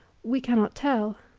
we cannot tell